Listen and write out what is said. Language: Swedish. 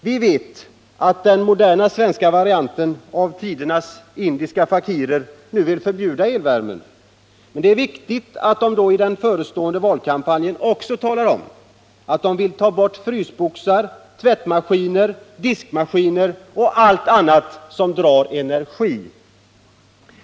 Vi vet att den moderna svenska varianten av gamla tiders indiska fakirer vill förbjuda elvärmen, men det är viktigt att de i den förestående valkampanjen också talar om att de vill ha bort frysboxar, tvättmaskiner och diskmaskiner och allt annat som drar energi.